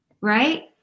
right